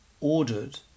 ordered